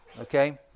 okay